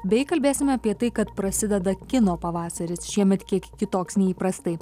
bei kalbėsime apie tai kad prasideda kino pavasaris šiemet kiek kitoks nei įprastai